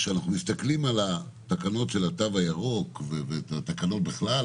כשאנחנו מסתכלים על התקנות של התו הירוק ותקנות בכלל,